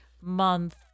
month